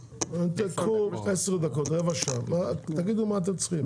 קחו עשר דקות, רבע שעה, תגידו מה שאתם צריכים.